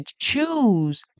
choose